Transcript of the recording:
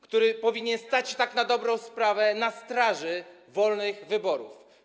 który powinien stać tak na dobrą sprawę na straży wolnych wyborów.